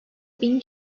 bin